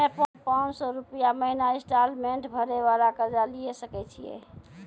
हम्मय पांच सौ रुपिया महीना इंस्टॉलमेंट भरे वाला कर्जा लिये सकय छियै?